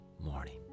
morning